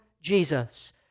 Jesus